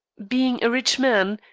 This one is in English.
being a rich man,